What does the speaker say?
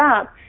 up